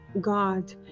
god